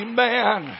Amen